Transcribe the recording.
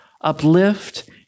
uplift